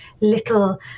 little